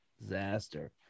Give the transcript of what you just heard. disaster